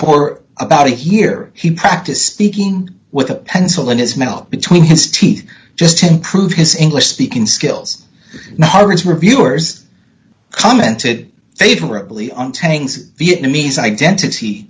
for about a year he practiced speaking with a pencil in his melt between his teeth just improve his english speaking skills nauruans reviewers commented favorably on tang's vietnamese identity